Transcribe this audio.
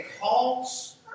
calls